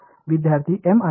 विद्यार्थी एम आणि जे